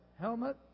helmet